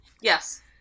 Yes